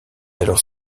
alors